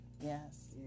Yes